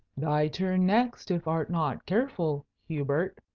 thy turn next, if art not careful, hubert,